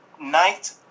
night